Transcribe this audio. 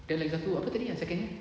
then lagi satu apa tadi yang second nya